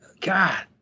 God